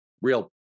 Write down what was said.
real